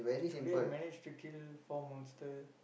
today I manage to kill four monster